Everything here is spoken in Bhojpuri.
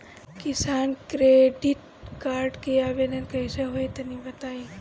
किसान क्रेडिट कार्ड के आवेदन कईसे होई तनि बताई?